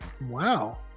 Wow